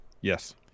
Yes